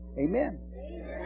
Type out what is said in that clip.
Amen